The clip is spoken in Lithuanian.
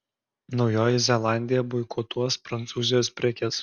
naujoji zelandija boikotuos prancūzijos prekes